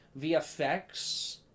VFX